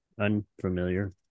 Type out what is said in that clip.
unfamiliar